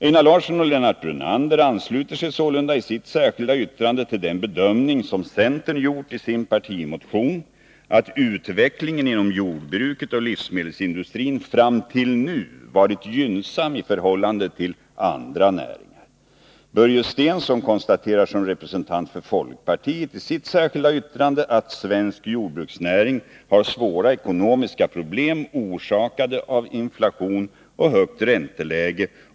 Einar Larsson och Lennart Brunander ansluter sig sålunda i sitt särskilda yttrande till den bedömning som centern gjort i sin partimotion, nämligen att utvecklingen inom jordbruket och livsmedelsindustrin fram till nu varit gynnsam i förhållande till andra näringar. Börje Stensson konstaterar som representant för folkpartiet i sitt särskilda yttrande att svensk jordbruksnäring har svåra ekonomiska problem, orsakade av inflation och högt ränteläge.